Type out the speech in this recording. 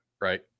right